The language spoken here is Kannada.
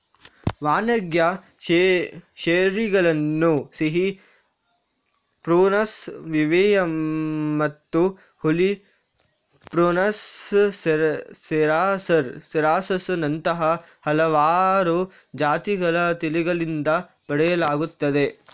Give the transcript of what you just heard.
ವಾಣಿಜ್ಯ ಚೆರ್ರಿಗಳನ್ನು ಸಿಹಿ ಪ್ರುನಸ್ ಏವಿಯಮ್ಮತ್ತು ಹುಳಿ ಪ್ರುನಸ್ ಸೆರಾಸಸ್ ನಂತಹ ಹಲವಾರು ಜಾತಿಗಳ ತಳಿಗಳಿಂದ ಪಡೆಯಲಾಗುತ್ತದೆ